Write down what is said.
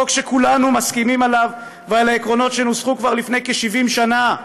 חוק שכולנו מסכימים עליו ועל העקרונות שנוסחו כבר לפני כ-70 שנה,